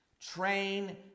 Train